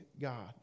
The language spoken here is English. God